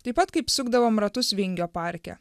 taip pat kaip sukdavom ratus vingio parke